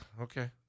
okay